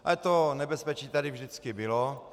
Ale to nebezpečí tady vždycky bylo.